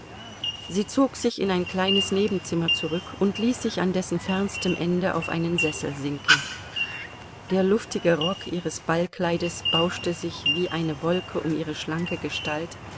sie zog sich in ein kleines nebenzimmer zurück und ließ sich an dessen fernstem ende auf einen sessel sinken der luftige rock ihres ballkleides bauschte sich wie eine wolke um ihre schlanke gestalt